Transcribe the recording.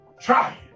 Try